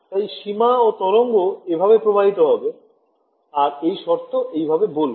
তাই সীমা ও তরঙ্গ এভাবে প্রবাহিত হবে আর এই শর্ত এইভাবে বলব